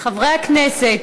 חברי הכנסת,